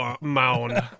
mound